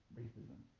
racism